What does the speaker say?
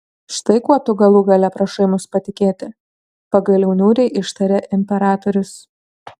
štai kuo tu galų gale prašai mus patikėti pagaliau niūriai ištarė imperatorius